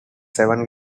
seven